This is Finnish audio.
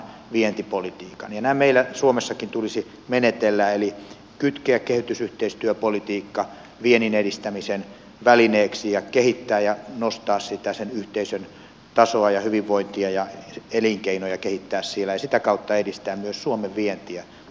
näin meillä suomessakin tulisi menetellä eli kytkeä kehitysyhteistyöpolitiikka viennin edistämisen välineeksi ja kehittää ja nostaa sen yhteisön tasoa ja hyvinvointia ja kehittää elinkeinoja siellä ja sitä kautta edistää myös suomen vientiä maailmalle